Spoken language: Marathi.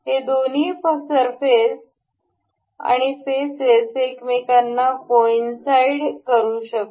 हे दोन्ही फेसेस एकमेकांना कॉइनसाईड करू शकतो